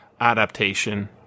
adaptation